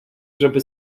żeby